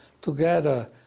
together